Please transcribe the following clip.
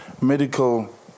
medical